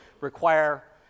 require